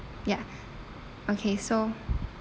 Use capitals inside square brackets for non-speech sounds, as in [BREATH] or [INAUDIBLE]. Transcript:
ya [BREATH] okay so